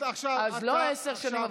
לא עשר שנים.